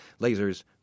Lasers